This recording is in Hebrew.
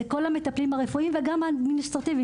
זה כל המטפלים הרפואיים וגם האדמיניסטרטיביים